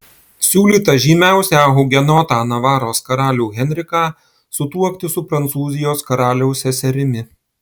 siūlyta žymiausią hugenotą navaros karalių henriką sutuokti su prancūzijos karaliaus seserimi